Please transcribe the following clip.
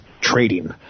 trading